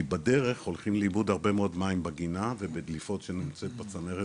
כי בדרך הולכים לאיבוד הרבה מאוד מים בגינה ובדליפות שנמצאות בצנרת